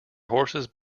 horses